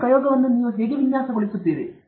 ನಿಮ್ಮ ಪ್ರಯೋಗವನ್ನು ನೀವು ಹೇಗೆ ವಿನ್ಯಾಸಗೊಳಿಸುತ್ತೀರಿ